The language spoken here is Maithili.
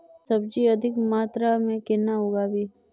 सब्जी अधिक मात्रा मे केना उगाबी?